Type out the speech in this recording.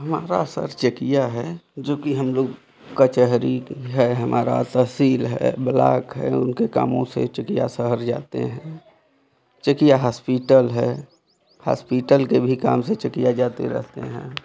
हमारा सर चेकिया है जो कि हम लोग कचेहरी है हमारा तहसील है ब्लॉक है उनके कामों से चेकिया शहर जाते हैं चेकिया हॉस्पिटल है हॉस्पिटल के भी काम से भी चेकिया जाते रहते हैं